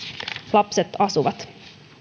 lapset asuvat